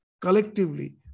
collectively